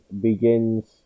begins